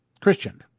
Christian